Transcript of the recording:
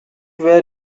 where